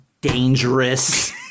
dangerous